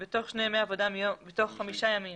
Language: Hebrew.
בתוך חמישה ימים